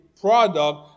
product